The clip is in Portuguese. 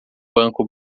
banco